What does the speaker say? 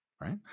right